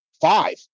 Five